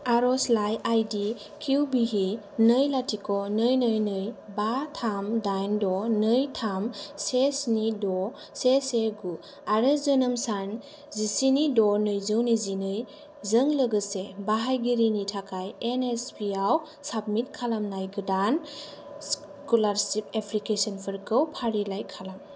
आर'जलाइ आईडी क्यु भि नै लाथिख' नै नै नै बा थाम दाइन द' नै थाम से स्नि द' से से गु आरो जोनोम सान जिस्नि द' नैरोजा नैजिनै जों लोगोसे बाहायगिरिनि थाखाय एन एस पि आव साबमिट खालामनाय गोदान स्क'लारशिप एप्लिकेसनफोरखौ फारिलाइ खालाम